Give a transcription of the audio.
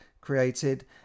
created